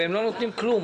והם לא נותנים כלום.